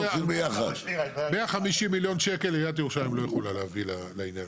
150 מיליון שקלים עיריית ירושלים לא יכולה להביא לעניין הזה,